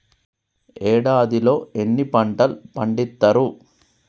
ఏడాదిలో ఎన్ని పంటలు పండిత్తరు?